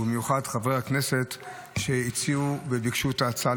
ובמיוחד חברי הכנסת שהציעו וביקשו את ההצעה